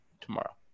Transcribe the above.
tomorrow